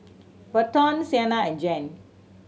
Berton Sienna and Jan